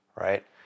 right